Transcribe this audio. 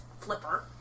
flipper